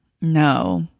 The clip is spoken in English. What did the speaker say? No